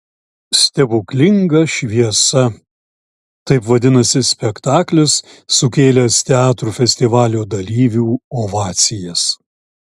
stebuklinga šviesa taip vadinasi spektaklis sukėlęs teatrų festivalio dalyvių ovacijas